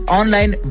online